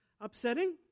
Upsetting